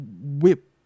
whip